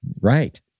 Right